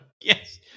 Yes